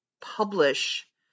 publish